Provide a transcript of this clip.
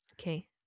Okay